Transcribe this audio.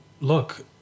look